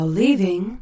leaving